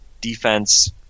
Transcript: defense